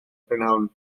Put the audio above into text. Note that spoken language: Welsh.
prynhawn